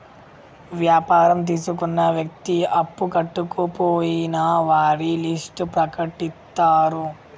వ్యాపారం తీసుకున్న వ్యక్తి అప్పు కట్టకపోయినా వారి లిస్ట్ ప్రకటిత్తరు